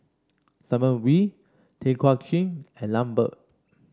Simon Wee Tay Kay Chin and Lambert